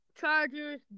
Chargers